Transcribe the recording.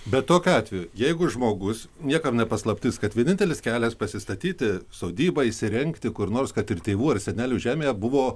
bet tokiu atveju jeigu žmogus niekam ne paslaptis kad vienintelis kelias pasistatyti sodybą įsirengti kur nors kad ir tėvų ar senelių žemėje buvo